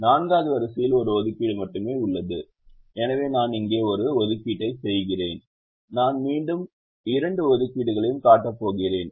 4 வது வரிசையில் 1 ஒதுக்கீடு மட்டுமே உள்ளது எனவே நான் இங்கே ஒரு ஒதுக்கீட்டை செய்கிறேன் நான் மீண்டும் இரண்டு ஒதுக்கீடுகளையும் காட்டப் போகிறேன்